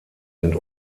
sind